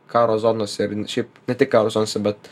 karo zonose ir šiaip ne tik karo zonose bet